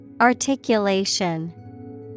Articulation